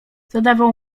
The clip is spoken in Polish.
zadawał